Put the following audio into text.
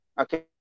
okay